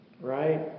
right